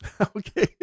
Okay